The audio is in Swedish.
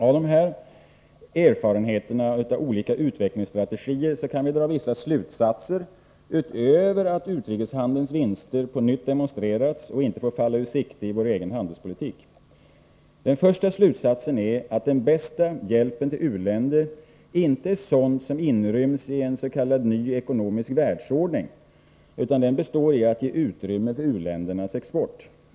Av dessa erfarenheter av olika utvecklingsstrategier kan vi dra vissa slutsatser utöver att utrikeshandelns vinster på nytt demonstrerats och inte får falla ur sikte i vår egen handelspolitik. För det första är den bästa hjälpen till u-länder inte sådant som inryms i en s.k. ny ekonomisk världsordning utan består i att ge utrymme för uländernas export.